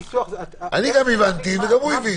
אני הבנתי וגם הוא הבין.